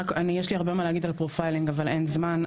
יש לי הרבה מה להגיד על ה"פרופיילינג" אבל אין זמן.